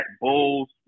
Bulls